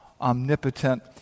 omnipotent